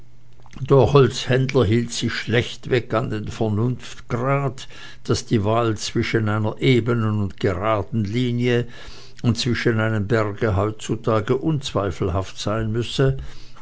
der holzhändler hielt sich schlechtweg an den vernunftgrund daß die wahl zwischen einer ebenen und graden linie und zwischen einem berge heutzutage unzweifelhaft sein müsse